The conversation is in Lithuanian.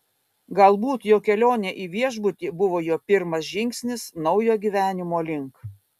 galbūt jo kelionė į viešbutį buvo jo pirmas žingsnis naujo gyvenimo link